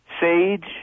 Sage